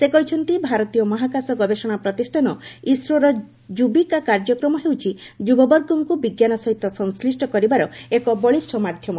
ସେ କହିଛନ୍ତି ଭାରତୀୟ ମହାକାଶ ଗବେଷଣା ପ୍ରତିଷ୍ଠାନ ଇସ୍ରୋର ଯୁବିକା କାର୍ଯ୍ୟକ୍ରମ ହେଉଛି ଯୁବବର୍ଗଙ୍କୁ ବିଜ୍ଞାନ ସହିତ ସଂଶ୍ରିଷ୍ଟ କରିବାର ଏକ ବଳିଷ୍ଣ ମାଧ୍ୟମ